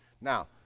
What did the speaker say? Now